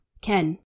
Ken